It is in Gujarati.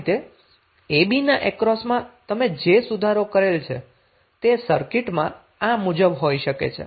આ રીતે abના અક્રોસમાં તમે જે સુધારો કરેલ છે તે સર્કિટ આ મુજબ હોઈ શકે છે